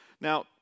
Now